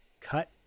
cut